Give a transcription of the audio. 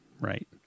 Right